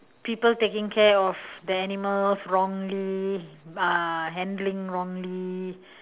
people taking care of the animals wrongly uh handling wrongly